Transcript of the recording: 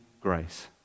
grace